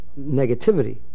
negativity